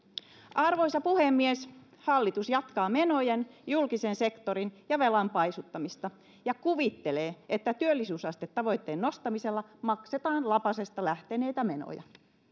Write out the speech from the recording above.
arvoisa puhemies hallitus jatkaa menojen julkisen sektorin ja velan paisuttamista ja kuvittelee että työllisyysastetavoitteen nostamisella maksetaan lapasesta lähteneitä menoja